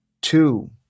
two